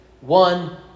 one